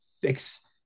fix